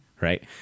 right